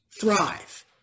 thrive